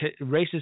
racist